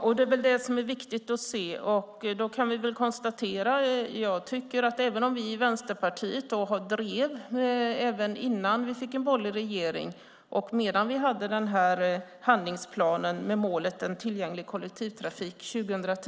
Fru talman! Även innan vi fick en borgerlig regering och medan vi hade handlingsplanen med målet en tillgänglig kollektivtrafik 2010